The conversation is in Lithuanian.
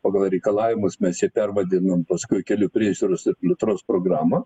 pagal reikalavimus mes jį pervadinom paskui kelių priežiūros ir plėtros programą